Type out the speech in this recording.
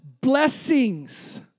blessings